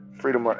freedom